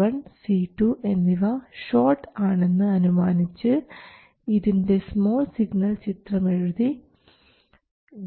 C1 C2 എന്നിവ short ആണെന്ന് അനുമാനിച്ചു ഇതിൻറെ സ്മാൾ സിഗ്നൽ ചിത്രം എഴുതി